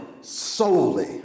solely